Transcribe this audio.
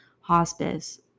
hospice